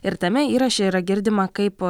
ir tame įraše yra girdima kaip